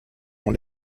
ont